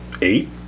eight